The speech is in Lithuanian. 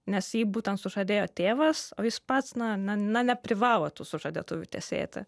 nes jį būtent sužadėjo tėvas o jis pats na na na neprivalo tų sužadėtuvių tesėti